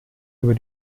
über